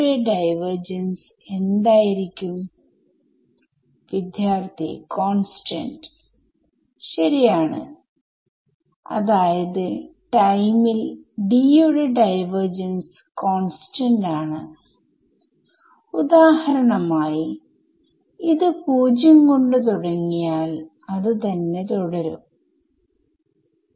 ഒരു സൊല്യൂഷൻ കിട്ടാൻ ന് എന്ത് മൂല്യങ്ങൾ ആണ് കൊടുക്കേണ്ടത് എന്ന് എങ്ങനെ അറിയാം ഏതിന് വേണമെങ്കിലും എനിക്ക് ഈ നടപടിക്രമം ഉപയോഗിക്കാൻ കഴിയും എന്നതിന് അർഥം ഉത്തരം ശരിയാവണം എന്നല്ല